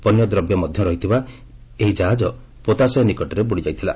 ପଣ୍ୟଦ୍ରବ୍ୟ ମଧ୍ୟ ରହିଥିବା ଏଡି ଜାହାଜ ପୋତାଶୟ ନିକଟରେ ବୁଡ଼ିଯାଇଥିଳା